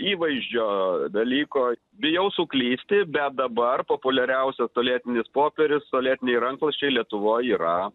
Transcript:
įvaizdžio dalyko bijau suklysti bet dabar populiariausias tualetinis popierius tualetiniai rankšluosčiai lietuvoj yra